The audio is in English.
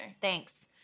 Thanks